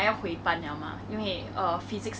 oh ya I remember